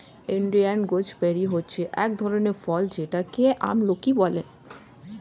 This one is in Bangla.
ইন্ডিয়ান গুজবেরি হচ্ছে এক ধরনের ফল যেটাকে আমলকি বলে